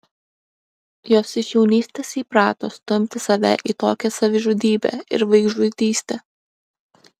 jos iš jaunystės įprato stumti save į tokią savižudybę ir vaikžudystę